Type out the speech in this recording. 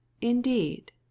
indeed